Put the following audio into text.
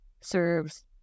serves